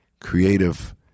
creative